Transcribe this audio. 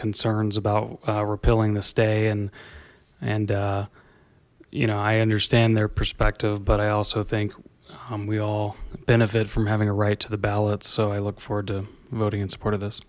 concerns about repealing this day and and you know i understand their perspective but i also think we all benefit from having a right to the ballot so i look forward to voting in support